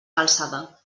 calçada